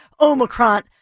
Omicron